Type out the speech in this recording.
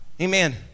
amen